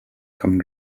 common